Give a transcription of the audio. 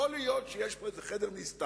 יכול להיות שיש פה איזה חדר נסתר,